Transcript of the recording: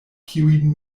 kiujn